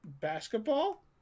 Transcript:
Basketball